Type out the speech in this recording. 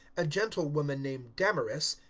a gentlewoman named damaris,